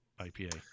IPA